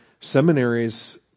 seminaries